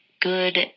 good